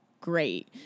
great